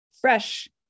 fresh